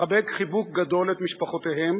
לחבק חיבוק גדול את משפחותיהם,